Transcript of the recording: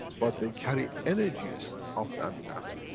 but they carry energies of the amino acids.